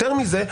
יותר מזה,